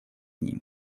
ним